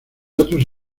otros